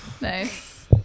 nice